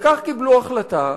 וכך קיבלו החלטה,